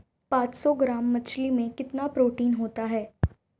पांच सौ ग्राम मछली में कितना प्रोटीन होता है?